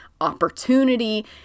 opportunity